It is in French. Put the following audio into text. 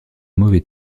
mauvais